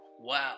Wow